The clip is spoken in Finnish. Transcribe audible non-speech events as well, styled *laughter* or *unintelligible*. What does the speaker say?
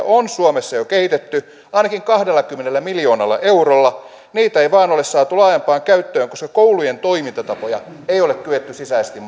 *unintelligible* on suomessa jo kehitetty ainakin kahdellakymmenellä miljoonalla eurolla niitä ei vain ole saatu laajempaan käyttöön koska koulujen toimintatapoja ei ole kyetty sisäisesti *unintelligible*